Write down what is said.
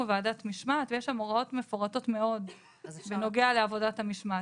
ועדת משמעת ויש שם הוראות מפורטות מאוד בנוגע לעבודת המשמעת.